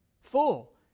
full